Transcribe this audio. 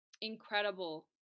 incredible